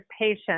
patient